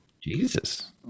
jesus